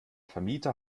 vermieter